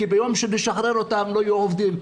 כי ביום שנשחרר אותם לא יהיו עובדים.